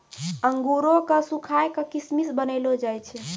अंगूरो क सुखाय क किशमिश बनैलो जाय छै